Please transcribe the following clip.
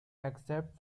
except